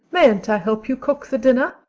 mayn't i help you cook the dinner?